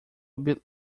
bit